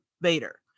vader